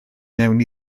mewn